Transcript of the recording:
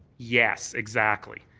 yes. exactly.